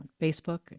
Facebook